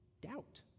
Doubt